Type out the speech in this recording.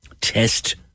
test